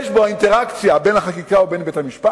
יש בו האינטראקציה בין החקיקה לבין בית-המשפט,